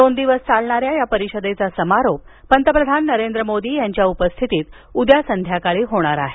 दोन दिवस चालणाऱ्या या परिषदेचा समारोप पंतप्रधान नरेंद्र मोदी यांच्या उपस्थितीत उद्या संघ्याकाळी होणार आहे